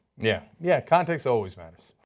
yeah yeah context always matters.